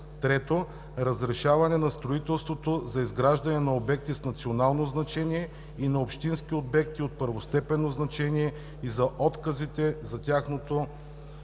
3. разрешаване на строителството за изграждане на обекти с национално значение и на общински обекти от първостепенно значение и отказите за издаване